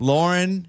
Lauren